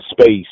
space